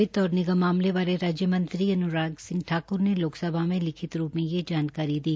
वित्त और निगम मामले बारे राज्य मंत्री अनुराग सिंह ठाकुर ने लोकसभा में लिखित रूप में ये जानकारी दी